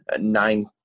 nine